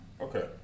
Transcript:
Okay